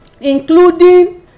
including